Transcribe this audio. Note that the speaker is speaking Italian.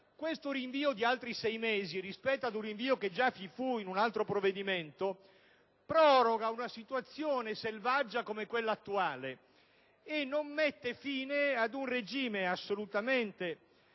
Questo rinvio di ulteriori sei mesi, rispetto ad un rinvio che già vi fu in un altro provvedimento, proroga una situazione selvaggia come quella attuale e non mette fine ad un regime assolutamente